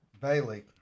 Bailey